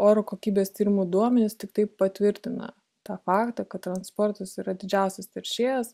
oro kokybės tyrimų duomenys tiktai patvirtina tą faktą kad transportas yra didžiausias teršėjas